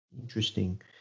interesting